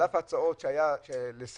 על אף ההצעות לשרות,